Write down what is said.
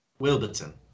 Wilberton